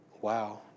wow